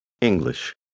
English